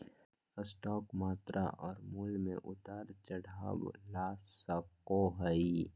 stock मात्रा और मूल्य में उतार चढ़ाव ला सको हइ